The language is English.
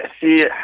see